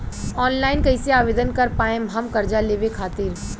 Online कइसे आवेदन कर पाएम हम कर्जा लेवे खातिर?